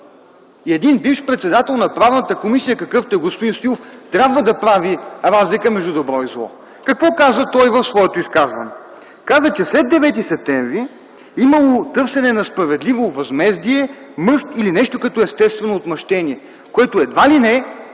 Един бивш председател на Правната комисия, какъвто е господин Стоилов, трябва да прави разлика между добро и зло. Какво каза той в своето изказване? Каза, че след Девети септември имало търсене на справедливо възмездие, мъст или нещо като естествено отмъщение, което едва ли не в